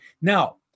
Now